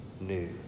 new